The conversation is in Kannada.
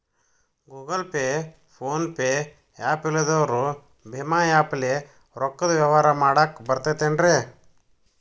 Google Pay, PhonePe app ಇಲ್ಲದವರು ಭೇಮಾ ಆ್ಯಪ್ ಲೇ ರೊಕ್ಕದ ವ್ಯವಹಾರ ಮಾಡಾಕ್ ಬರತೈತೇನ್ರೇ?